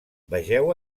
vegeu